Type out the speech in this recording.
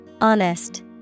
Honest